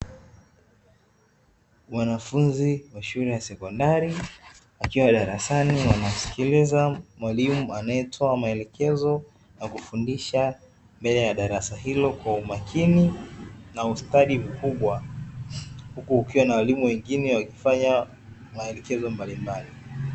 Wanafunzi wa shule ya sekondari wakiwa darasani wanamskiliza mwalimu anaetoa maelekezo na kufundisha mbele ya darasa hilo kwa umakini na ustadi mkubwa. Huku kukiwa na walimu wengine wakifanya maelekezo mbalimbali.